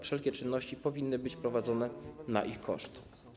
Wszelkie czynności powinny być prowadzone na ich koszt.